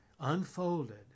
unfolded